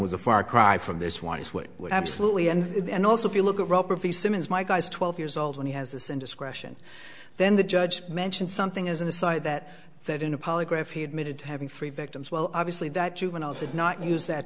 was a far cry from this one is what would absolutely and also if you look at the simmons my guy is twelve years old when he has this indiscretion then the judge mentioned something as an aside that that in a polygraph he admitted to having three victims well obviously that juvenile did not use that